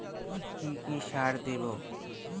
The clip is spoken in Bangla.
কি কি সার দেবো?